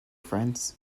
friends